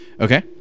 Okay